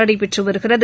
நடைபெற்றவருகிறது